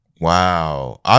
Wow